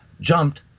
jumped